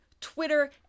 Twitter